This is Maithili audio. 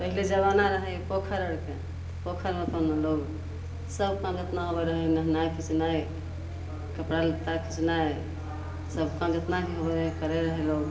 पहिले जमाना रहै पोखरि आओरके पोखरिमे अपन लोक सब काम जतना होइ रहै नहेनाइ खिचनाइ कपड़ा लत्ता खिचनाइ सब काम जतना भी होइ हइ करै रहै लोक